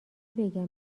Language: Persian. بگم